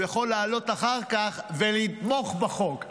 הוא יכול לעלות אחר כך ולתמוך בחוק.